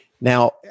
Now